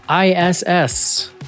ISS